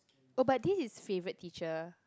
oh but this is favourite teacher